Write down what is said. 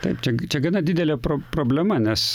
taip čia čia gana didelė problema nes